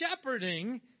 shepherding